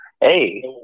Hey